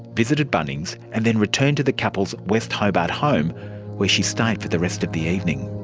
visited bunnings and then returned to the couple's west hobart home where she stayed for the rest of the evening.